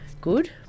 good